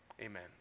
Amen